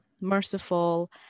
merciful